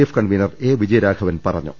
F convener A Vijayaraghavan പറഞ്ഞു